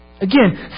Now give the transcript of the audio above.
Again